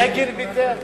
בגין ויתר.